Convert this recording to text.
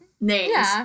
names